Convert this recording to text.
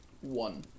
one